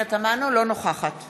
אינה נוכחת תודה,